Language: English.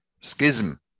schism